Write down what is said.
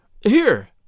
Here